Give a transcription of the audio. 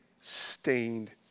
stained